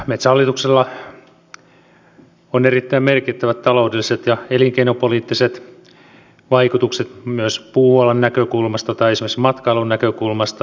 metsähallituksella on erittäin merkittävät taloudelliset ja elinkeinopoliittiset vaikutukset puualan näkökulmasta tai esimerkiksi myös matkailun näkökulmasta